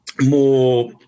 more